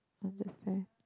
understand